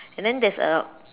and then there's a